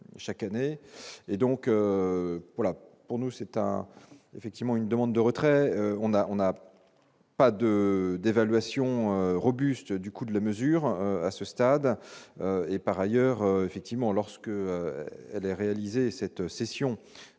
chaque année et donc pour la pour nous c'est un effectivement une demande de retrait, on a, on n'a pas de dévaluation robuste du coût de la mesure, à ce stade, et par ailleurs effectivement lorsque les réaliser cette cession